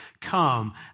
come